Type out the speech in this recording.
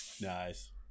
Nice